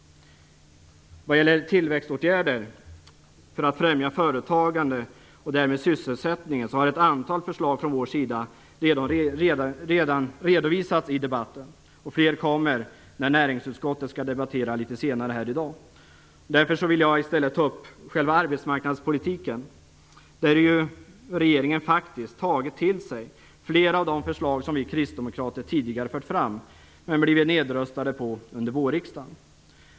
Vad gäller tillväxtåtgärder för att främja företagandet och därmed sysselsättningen har ett antal förslag från vår sida redan redovisats i debatten, och fler kommer när näringsutskottet skall debattera senare här i dag. Därför vill jag i stället ta upp själva arbetsmarknadspolitiken, där regeringen faktiskt tagit till sig flera av de förslag som vi kristdemokrater tidigare fört fram men som blivit nedröstade under vårriksdagen.